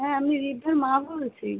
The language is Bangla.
হ্যাঁ আমি ঋদ্ধার মা বলছি